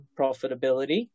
profitability